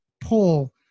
pull